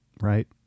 right